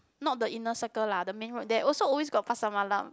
not the inner circle lah the main road there also always got Pasar Malam